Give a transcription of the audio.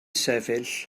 sefyll